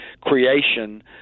creation